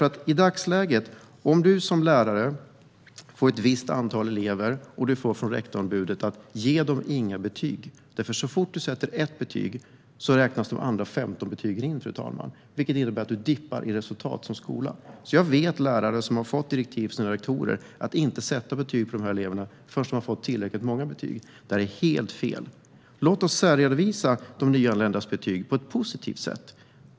I dagsläget kan lärare med ett visst antal elever få bud från rektorn att inte ge dem betyg, för så fort ett betyg sätts räknas nämligen de andra 15 betygen in, vilket innebär att skolans resultat dippar. Jag känner till lärare som har fått direktiv av sina rektorer att inte sätta betyg på eleverna förrän dessa har fått tillräckligt många betyg. Detta är helt fel. Låt oss särredovisa de nyanländas betyg på ett positivt sätt.